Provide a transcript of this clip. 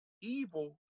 evil